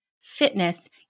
fitness